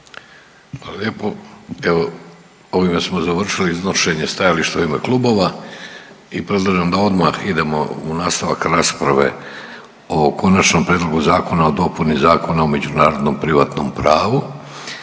Evo, ovime smo završili iznošenje stajališta u ime klubova i predlažem da odmah idemo u nastavak rasprave o konačnom prijedlogu zakona o dopuni Zakona o međunarodnom privatnom pravu.